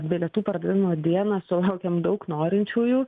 bilietų pardavimo dieną sulaukėm daug norinčiųjų